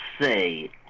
say